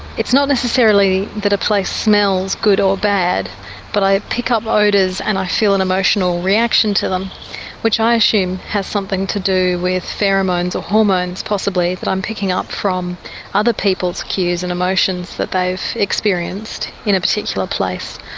it's not necessarily that a place smells good or bad but i pick up odours and i feel an emotional reaction to them which i assume has something to do with pheromones, or hormones, possibly, that i'm picking up from other people's cues and emotions that they've experienced in a particular place.